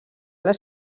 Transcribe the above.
les